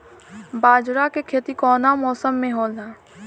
बाजरा के खेती कवना मौसम मे होला?